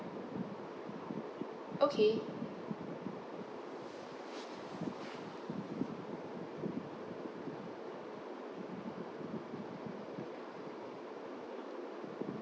okay